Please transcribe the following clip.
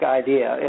idea